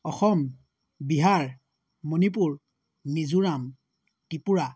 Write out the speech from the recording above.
Assam Bihar Manipur Mizoram Tripura